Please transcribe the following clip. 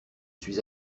suis